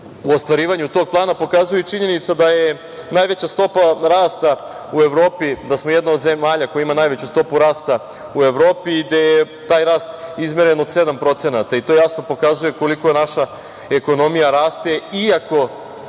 u ostvarivanju tog plana pokazuje činjenica da je najveća stopa rasta u Evropi, da smo jedna od zemalja koja ima najveću stopu rasta u Evropi gde je taj rast izmeren od 7%. To jasno pokazuje koliko naša ekonomija raste iako